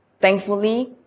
Thankfully